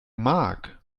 mark